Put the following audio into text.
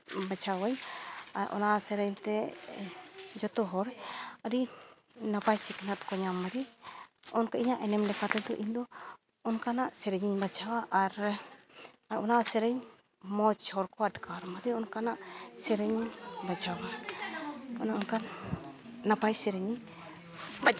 ᱵᱟᱪᱷᱟᱣᱟᱹᱧ ᱟᱨ ᱚᱱᱟ ᱥᱮᱨᱮᱧ ᱛᱮ ᱡᱚᱛᱚ ᱦᱚᱲ ᱟᱹᱰᱤ ᱱᱟᱯᱟᱭ ᱥᱤᱠᱷᱱᱟᱹᱛ ᱠᱚ ᱧᱟᱢ ᱢᱟᱨᱮ ᱚᱱᱠᱟ ᱤᱧᱟᱹᱜ ᱮᱱᱮᱢ ᱞᱮᱠᱟ ᱛᱮᱫᱚ ᱤᱧ ᱫᱚ ᱚᱱᱠᱟᱱᱟᱜ ᱥᱮᱨᱮᱧ ᱤᱧ ᱵᱟᱪᱷᱟᱣᱟ ᱟᱨ ᱟᱨ ᱚᱱᱟ ᱥᱮᱨᱮᱧ ᱢᱚᱡᱽ ᱦᱚᱲ ᱠᱚ ᱟᱴᱠᱟᱨ ᱢᱟᱨᱮ ᱚᱱᱠᱟᱱᱟᱜ ᱥᱮᱨᱮᱧᱤᱧ ᱵᱟᱪᱷᱟᱣᱟ ᱚᱱᱮ ᱚᱱᱠᱟᱱ ᱱᱟᱯᱟᱭ ᱥᱮᱨᱮᱧᱤᱧ ᱵᱟᱪᱷᱟᱣᱟ